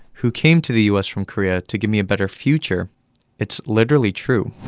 who came to the u s. from korea to give me a better future it's literally true.